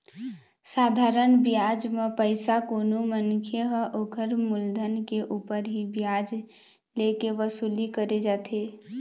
साधारन बियाज म पइसा कोनो मनखे ह ओखर मुलधन के ऊपर ही बियाज ले के वसूली करे जाथे